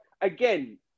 Again